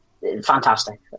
fantastic